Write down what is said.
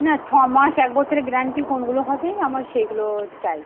না ছ মাস এক বছরের গ্যারান্টি কোনগুলো হবে আমার সেগুলো চাই